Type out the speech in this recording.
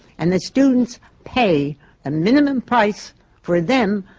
and the students pay a minimum price for them.